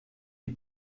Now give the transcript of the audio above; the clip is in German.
die